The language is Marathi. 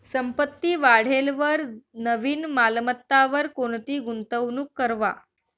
संपत्ती वाढेलवर नवीन मालमत्तावर कोणती गुंतवणूक करवा